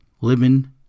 living